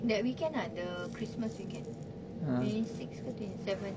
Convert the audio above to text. that weekend ah the christmas weekend twenty six ke twenty seven